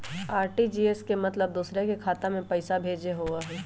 RTGS के मतलब दूसरे के खाता में पईसा भेजे होअ हई?